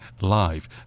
Live